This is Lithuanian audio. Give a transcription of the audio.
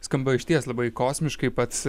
skamba išties labai kosmiškai pats